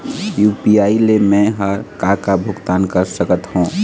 UPI ले मे हर का का भुगतान कर सकत हो?